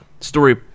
story